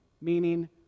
meaning